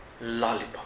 Lollipop